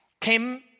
came